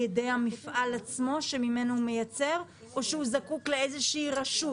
ידי המפעל עצמו שממנו הוא מייצר או שהוא זקוק לאיזו שהיא רשות?